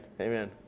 Amen